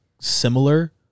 similar